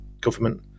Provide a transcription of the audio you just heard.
government